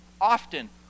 often